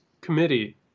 committee